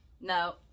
No